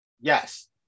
Yes